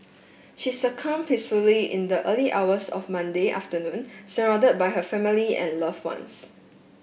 she succumb peacefully in the early hours of Monday afternoon surrounded by her family and loved ones